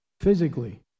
physically